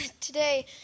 today